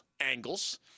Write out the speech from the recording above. angles